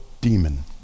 demon